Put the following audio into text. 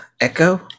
Echo